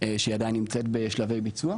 שהיא עדיין נמצאת בשלבי ביצוע.